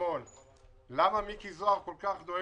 ואני סבור